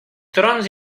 trons